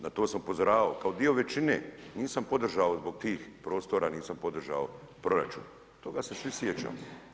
Na to sam upozoravao kao dio većine, nisam podržao zbog tih prostora niti sam podržao proračun, toga se svi sjećamo.